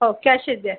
हो कॅशच द्या